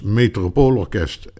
metropoolorkest